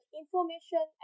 information